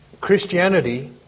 Christianity